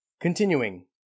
Continuing